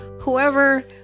whoever